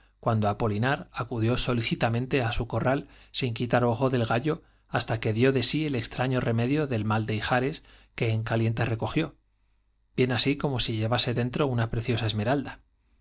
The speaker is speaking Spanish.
cuando apolinar acudió solí citamente á su corral sin quitar ojo del gallo hasta que dió de sí el extraño remedio del mal de ijre bien así como si llevase den que en caliente recogió aquel día tro una preciosa esmeralda